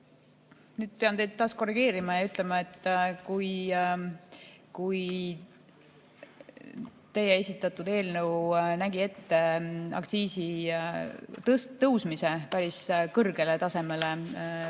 Nüüd pean teid taas korrigeerima ja ütlema, et kui teie esitatud eelnõu nägi ette aktsiisi tõusmise päris kõrgele tasemele, siis